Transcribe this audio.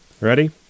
Ready